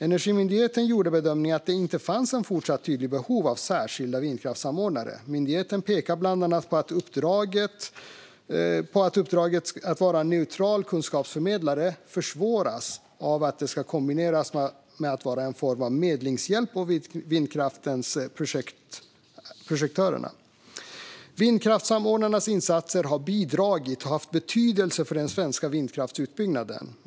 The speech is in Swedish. Energimyndigheten gjorde bedömningen att det inte fanns ett fortsatt tydligt behov av särskilda vindkraftssamordnare. Myndigheten pekar bland annat på att uppdraget att vara neutral kunskapsförmedlare försvåras av att det ska kombineras med att vara en form av medlingshjälp åt vindkraftsprojektörerna. Vindkraftssamordnarnas insatser har bidragit till och haft betydelse för den svenska vindkraftsutbyggnaden.